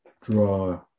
draw